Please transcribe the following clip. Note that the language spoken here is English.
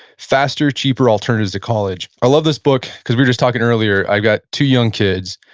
faster, cheaper alternatives to college. i love this book because we were just talking earlier, i've got two young kids.